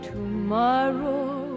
Tomorrow